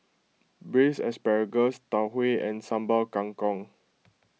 Braised Asparagus Tau Huay and Sambal Kangkong